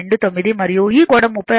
29 మరియు ఈ కోణం 36